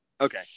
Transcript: okay